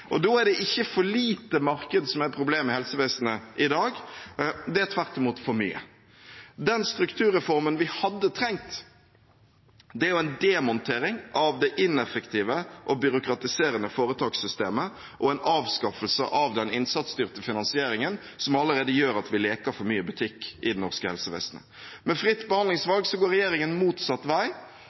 Da er det ikke for lite marked som er problemet i helsevesenet i dag, det er tvert imot for mye. Den strukturreformen vi hadde trengt, er jo en demontering av det ineffektive og byråkratiserende foretakssystemet og en avskaffelse av den innsatsstyrte finansieringen som allerede gjør at vi leker for mye butikk i det norske helsevesenet. Med fritt behandlingsvalg går regjeringen motsatt vei.